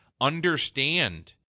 understand